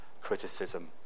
criticism